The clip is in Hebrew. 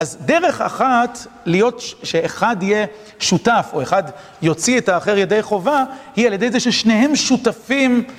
אז דרך אחת להיות שאחד יהיה שותף, או אחד יוציא את האחר ידי חובה, היא על ידי זה ששניהם שותפים.